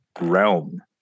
realm